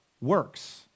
works